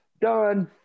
Done